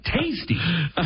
tasty